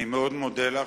אני מאוד מודה לך.